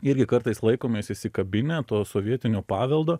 irgi kartais laikomės įsikabinę to sovietinio paveldo